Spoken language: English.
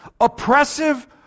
oppressive